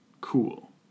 cool